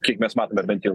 kiek mes matome bent jau